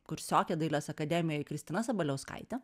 kursiokė dailės akademijoj kristina sabaliauskaitė